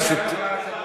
בעיה.